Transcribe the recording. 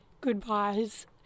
goodbyes